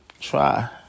try